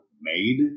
made